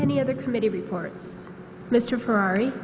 any other committee reports mr ferrari